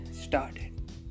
started